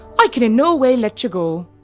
i can in no way let you go.